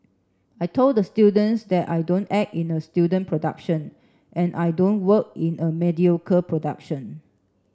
I told the students that I don't act in a student production and I don't work in a mediocre production